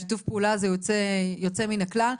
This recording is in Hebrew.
שיתוף הפעולה הזה הוא יוצא מן הכלל.